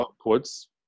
upwards